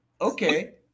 Okay